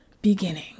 beginning